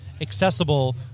accessible